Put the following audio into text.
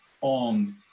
on